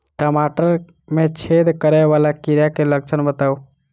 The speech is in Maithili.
टमाटर मे छेद करै वला कीड़ा केँ लक्षण बताउ?